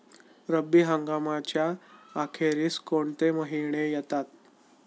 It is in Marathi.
रब्बी हंगामाच्या अखेरीस कोणते महिने येतात?